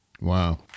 Wow